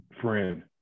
Friend